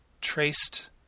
traced